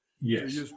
Yes